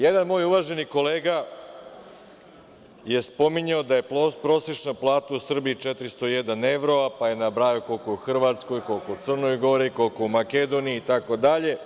Jedan moj uvaženi kolega je spominjao da je prosečna plata u Srbiji 401 evro, pa je nabrajao koliko je u Hrvatskoj, u Crnoj Gori, koliko u Makedoniji itd.